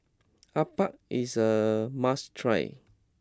Appam is a must try